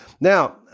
Now